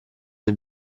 nel